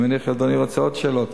אני מניח שאדוני רוצה לשאול עוד שאלות,